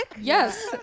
yes